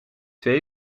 twee